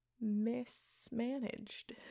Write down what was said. mismanaged